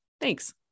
Thanks